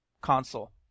console